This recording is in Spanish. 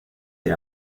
ser